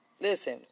listen